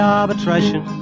arbitration